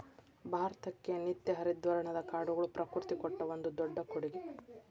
ಭಾರತಕ್ಕೆ ನಿತ್ಯ ಹರಿದ್ವರ್ಣದ ಕಾಡುಗಳು ಪ್ರಕೃತಿ ಕೊಟ್ಟ ಒಂದು ದೊಡ್ಡ ಕೊಡುಗೆ